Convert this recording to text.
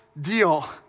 deal